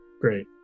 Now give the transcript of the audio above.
great